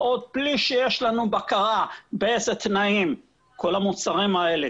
בלי שיש לנו בקרה באיזה תנאים כל המוצרים האלה,